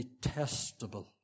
detestable